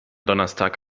donnerstag